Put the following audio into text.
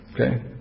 Okay